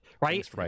right